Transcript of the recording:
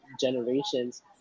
generations